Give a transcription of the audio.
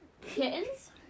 Kittens